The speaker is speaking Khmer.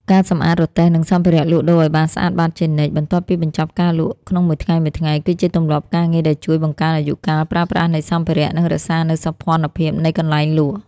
ការសម្អាតរទេះ និងសម្ភារៈលក់ដូរឱ្យបានស្អាតបាតជានិច្ច បន្ទាប់ពីបញ្ចប់ការលក់ក្នុងមួយថ្ងៃៗ គឺជាទម្លាប់ការងារដែលជួយបង្កើនអាយុកាលប្រើប្រាស់នៃសម្ភារៈ និងរក្សានូវសោភ័ណភាពនៃកន្លែងលក់។